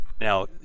now